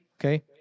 okay